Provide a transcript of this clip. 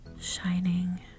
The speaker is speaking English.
shining